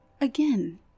again